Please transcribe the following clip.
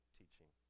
teaching